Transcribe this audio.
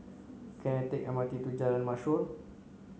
can I take M R T to Jalan Mashor